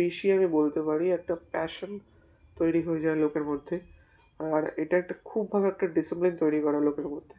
বেশি আমি বলতে পারি একটা প্যাশন তৈরি হয়ে যায় লোকের মধ্যে আর এটা একটা খুবভাবে একটা ডিসিপ্লিন তৈরি করে লোকের মধ্যে